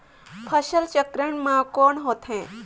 फसल चक्रण मा कौन होथे?